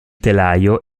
telaio